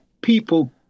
people